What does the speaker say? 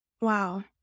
Wow